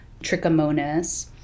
trichomonas